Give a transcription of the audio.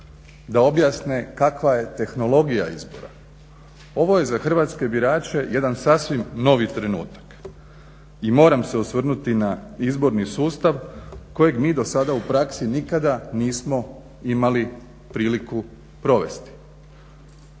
da objasne kakva je tehnologija izbora. Ovo je za hrvatske birače jedan sasvim novi trenutak i moram se osvrnuti na izborni sustav kojeg mi dosada u praksi nikada nismo imali priliku provesti.